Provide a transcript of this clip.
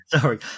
sorry